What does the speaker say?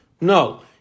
No